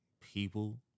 people